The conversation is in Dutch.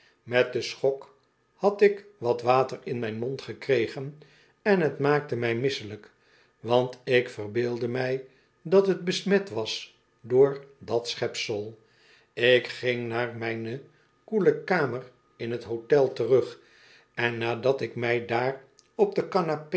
met den schok had ik wat water in mijn mond gekregen en t maakte mij misselijk want ik verbeeldde mij dat t besmet was door dat schepsel ik ging naar mijne koele kamer in t hotel terug en nadat ik mij daar op de